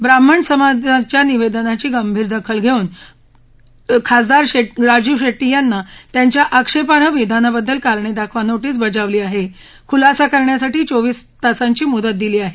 ब्राह्मण समाजाच्या निवेदनाची गंभीर दखल घेऊन काटकर यांनी घेऊन खासदार राजू शेट्टी यांना त्यांच्या आक्षेपार्ह विधानाबद्दल कारणे दाखवा नोटीस बजावली आहे आणि खुलासा करण्यासाठी चोवीस तासांची मुदत दिली आहे